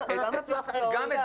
כן, כל --- אין בה היגיון.